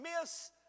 miss